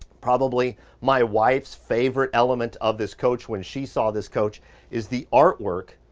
probably my wife's favorite element of this coach when she saw this coach is the artwork,